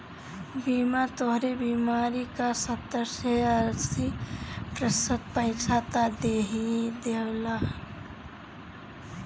बीमा तोहरे बीमारी क सत्तर से अस्सी प्रतिशत पइसा त देहिए देवेला